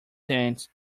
cents